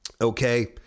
okay